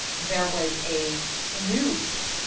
there was a huge